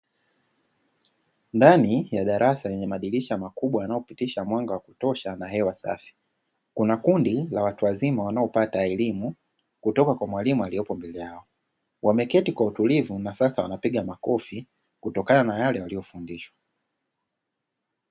Ndani ya darasa lenye madirisha makubwa yanayopitisha mwanga wa kutosha na hewa safi, kuna kundi la watu wazima wanaopata elimu kutoka kwa mwalimu aliyeko mbele yao, wameketi kwa utulivu na sasa wanapiga makofi kutokana na yale waliyofundishwa.